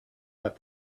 that